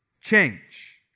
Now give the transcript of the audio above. change